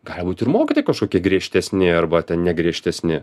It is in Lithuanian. gali būt ir mokytojai kažkokie griežtesni arba ten ne griežtesni